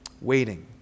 Waiting